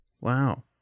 Wow